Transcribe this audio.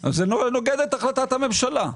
זה נוגד את החלטת הממשלה.